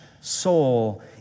soul